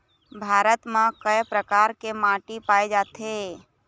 भारत म कय प्रकार के माटी पाए जाथे?